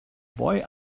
boy